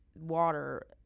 Water